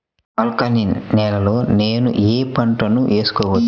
Alkaline నేలలో నేనూ ఏ పంటను వేసుకోవచ్చు?